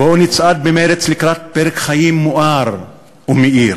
בואו נצעד במרץ לקראת פרק חיים מואר ומאיר.